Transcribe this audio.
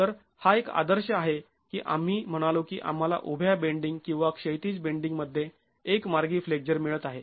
तर हा एक आदर्श आहे की आम्ही म्हणालो की आंम्हाला उभ्या बेंडींग किंवा क्षैतिज बेंडींग मध्ये एक मार्गी फ्लेक्झर मिळत आहे